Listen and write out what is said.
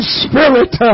spirit